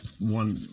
One